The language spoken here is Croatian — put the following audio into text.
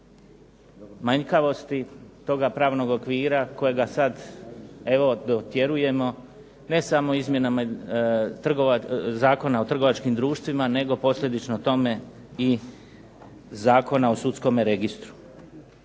manjkavosti toga pravnog okvira kojega sada dotjerujemo ne samo izmjenama Zakona o trgovačkim društvima, nego posljedično tome i Zakona o sudskome registru.